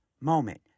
moment